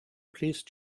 please